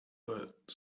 but